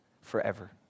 forever